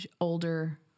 older